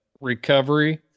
Recovery